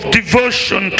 devotion